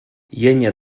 llenya